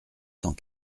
cent